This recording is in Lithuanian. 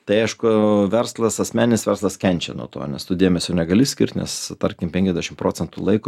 tai aišku verslas asmeninis verslas kenčia nuo to nes tu dėmesio negali skirt nes tarkim penkiasdešimt procentų laiko